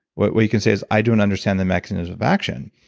what what you can say is, i don't understand the mechanisms of action.